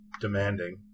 demanding